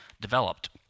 developed